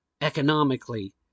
economically